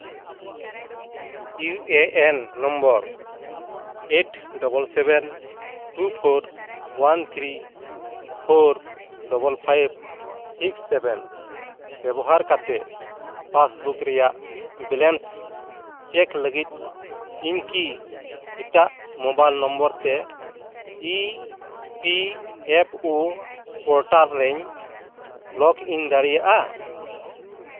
U A N number eight double seven two four one three four double five six seven ᱵᱮᱵᱚᱦᱟᱨ ᱠᱟᱛᱮᱫ passbook ᱨᱮᱭᱟᱜ balance check ᱞᱟᱹᱜᱤᱫ ᱤᱧ ᱠᱤ ᱮᱴᱟᱜ ᱢᱳᱵᱟᱭᱤᱞ ᱱᱚᱢᱵᱚᱨ ᱛᱮ E P F O portal ᱨᱮᱧ ᱞᱚᱜᱽ ᱤᱱ ᱫᱟᱲᱮᱭᱟᱜᱼᱟ